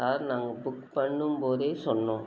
sir நாங்கள் book பண்ணும்போதே சொன்னோம்